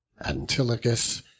Antilochus